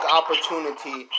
opportunity